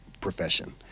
profession